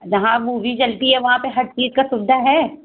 जहाँ मूवी चलती है वहाँ पर हर चीज़ की सुविधा है